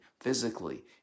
physically